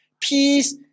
peace